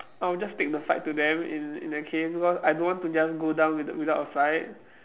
I'll just take the fight to them in in that case because I don't want to just go down with~ without a fight